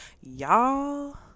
y'all